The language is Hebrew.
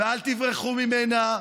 ואל תברחו ממנה.